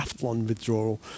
withdrawal